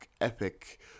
epic